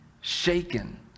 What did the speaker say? shaken